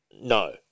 No